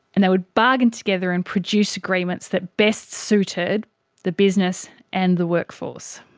and they would bargain together and produce agreements that best suited the business and the workforce.